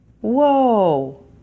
Whoa